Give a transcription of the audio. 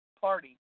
Party